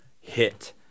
hit